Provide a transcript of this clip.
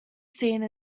scene